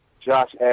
Josh